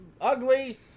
ugly